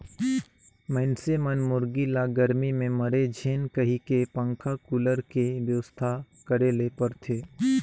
मइनसे मन मुरगी ल गरमी में मरे झेन कहिके पंखा, कुलर के बेवस्था करे ले परथे